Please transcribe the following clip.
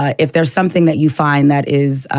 ah if there's something that you find that is